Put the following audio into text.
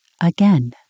again